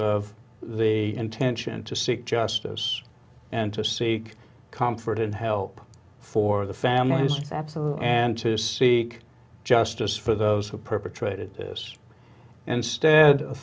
of the intention to seek justice and to seek comfort and help for the families that the and to seek justice for those who perpetrated this instead of